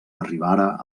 arribara